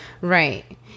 Right